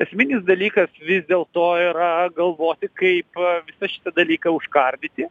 esminis dalykas vis dėlto yra galvoti kaip visą šitą dalyką užkardyti